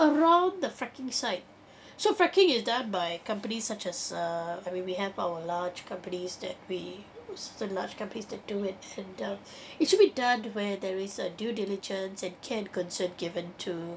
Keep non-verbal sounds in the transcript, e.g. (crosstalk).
around the fracking site (breath) so fracking is done by companies such as uh I mean we have our large companies that we it's the large companies that do it handle (breath) it should be done where there is a due diligence and can concern given to